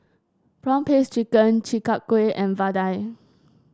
prawn paste chicken Chi Kak Kuih and vadai